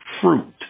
fruit